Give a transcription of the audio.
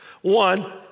One